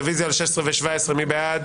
רביזיה על 22. מי בעד?